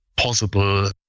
possible